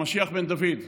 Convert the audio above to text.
למשיח בן דוד.